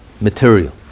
material